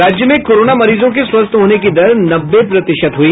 और राज्य में कोरोना मरीजों के स्वस्थ होने की दर नब्बे प्रतिशत हुई